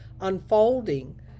unfolding